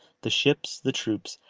the ships, the troops,